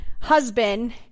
husband